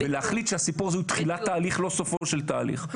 להחליט שהסיפור הזה הוא תחילת תהליך ולא סופו של תהליך.